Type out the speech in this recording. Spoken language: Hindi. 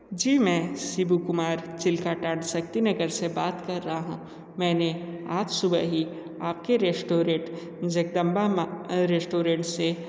जी मैं शिव कुमार चिल्का टाट सर तीन एकर से बात कर रहा हूँ मैंने आज सुबह ही आप के रेस्टोरेट जगदंबा माँ रेस्टोरेंट से